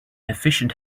efficient